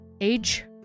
Age